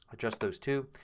just those two.